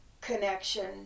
connection